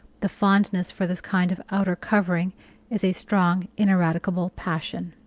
the fondness for this kind of outer covering is a strong, ineradicable passion!